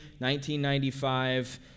1995